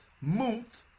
month